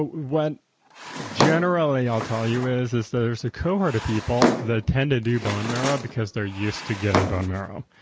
what generally i'll tell you is is there's a cohort of people that tend to do bone marrow because they're used to getting bone marrow.